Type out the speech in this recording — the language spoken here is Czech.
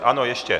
Ano, ještě.